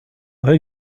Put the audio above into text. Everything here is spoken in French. jay